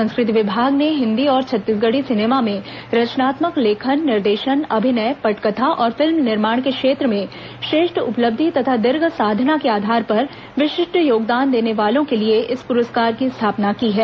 संस्कृति विभाग ने हिन्दी और छत्तीसगढ़ी सिनेमा में रचनात्मक लेखन निर्देशन अभिनय पटकथा और फिल्म निर्माण के क्षेत्र में श्रेष्ठ उपलब्धि तथा दीर्घ साधना के आधार पर विशिष्ट योगदान देने वालों के लिए इस पुरस्कार की स्थापना की है